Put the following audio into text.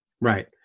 Right